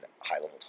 high-level